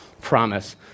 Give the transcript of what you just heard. promise